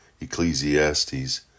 Ecclesiastes